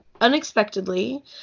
unexpectedly